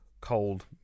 cold